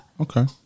Okay